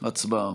הצבעה.